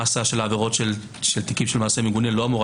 המסה של עבירות של תיקים של מעשה מגונה לא אמורה